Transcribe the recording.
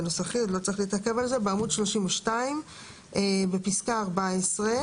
אני עוברת לעמוד 32. (ד)בפסקה (14),